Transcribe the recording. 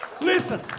Listen